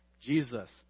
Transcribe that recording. Jesus